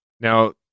Now